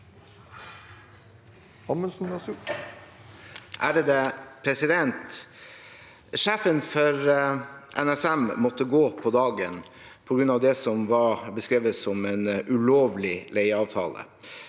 (FrP) Sjefen for NSM måtte gå på dagen på grunn av det som ble beskrevet som en ulovlig leieavtale.